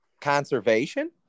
Conservation